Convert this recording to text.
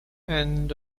end